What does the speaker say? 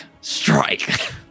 strike